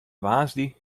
woansdei